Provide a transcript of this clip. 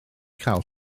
cael